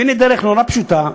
והנה דרך נורא פשוטה.